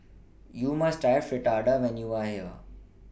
YOU must Try Fritada when YOU Are here